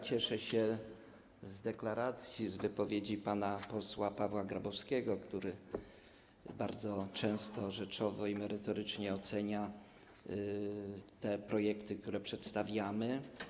Cieszę się z deklaracji, z wypowiedzi pana posła Pawła Grabowskiego, który bardzo często rzeczowo, merytorycznie ocenia projekty, które przedstawiamy.